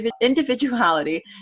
individuality